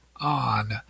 on